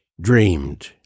dreamed